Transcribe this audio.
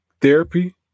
Therapy